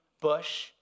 bush